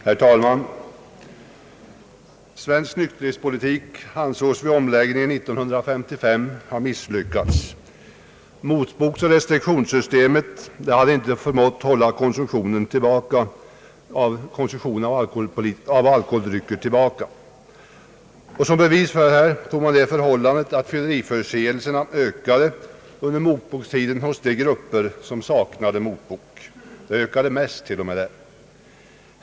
Herr talman! Svensk nykterhetspolitik ansågs vid omläggningen 1955 ha misslyckats. Motboken och restriktionssystemet hade inte förmått hålla konsumtionen av alkoholdrycker tillbaka. Som bevis för detta tog man det förhållandet att fylleriförseelserna under motbokstiden ökade mest hos de grupper som saknade motbok.